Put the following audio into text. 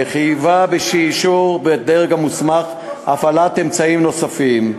וחייבה אישור בדרג המוסמך הפעלת אמצעים נוספים,